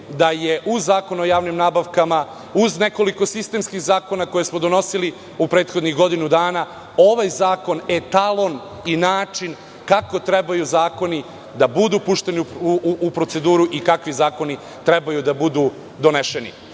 da je u Zakonu o javnim nabavkama, uz nekoliko sistemskih zakona koje smo donosili u prethodnih godinu dana, ovaj zakon etalon i način kako trebaju zakoni da budu pušteni u proceduru i kakvi zakoni treba da budu donešeni.